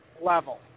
level